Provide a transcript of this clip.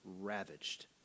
ravaged